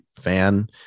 fan